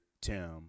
Tim